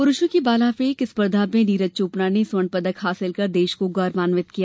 पुरुषों की भाला फेंक स्पर्धा में नीरज चौपड़ा ने स्वर्ण पदक हासिल कर देश को गौरवान्वित किया